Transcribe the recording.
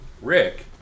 Rick